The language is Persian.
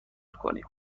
کنیم